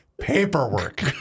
paperwork